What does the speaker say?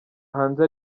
hanze